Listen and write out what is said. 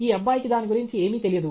ఈ అబ్బాయికి దాని గురించి ఏమీ తెలియదు